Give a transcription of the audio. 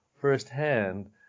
firsthand